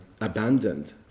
abandoned